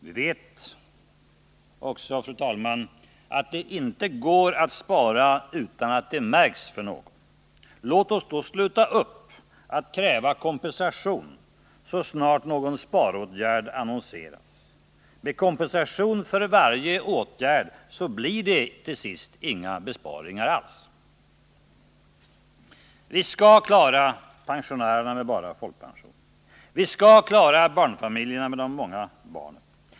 Vi vet också, fru talman, att det inte går att spara utan att det märks. Låt oss då sluta upp att kräva kompensation så snart någon sparåtgärd annonseras. Med kompensation för varje åtgärd blir det till sist inga besparingar alls. Vi skall klara pensionärerna med bara folkpension. Vi skall klara barnfamiljerna med många barn.